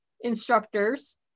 instructors